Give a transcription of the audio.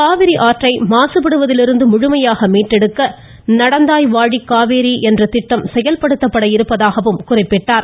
காவிரி ஆற்றை மாசுபடுவதிலிருந்து முழுமையாக மீட்டெடுக்க நடந்தாய் வாழி காவேரி என்ற திட்டம் செயல்படுத்தப்பட் இருப்பதாகவும் குறிப்பிட்டார்